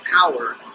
power